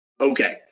Okay